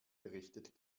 berichtet